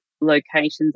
locations